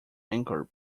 anchor